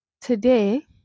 today